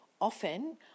often